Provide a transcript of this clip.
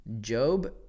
Job